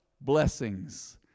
Blessings